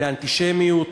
לאנטישמיות,